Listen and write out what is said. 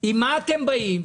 עם מה אתם באים לפה?